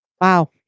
Wow